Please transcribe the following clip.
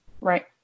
Right